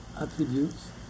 attributes